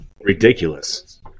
ridiculous